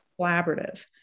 collaborative